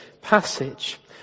passage